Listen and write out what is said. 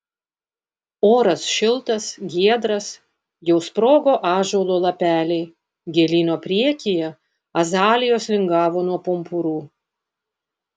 oras šiltas giedras jau sprogo ąžuolo lapeliai gėlyno priekyje azalijos lingavo nuo pumpurų